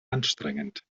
anstrengend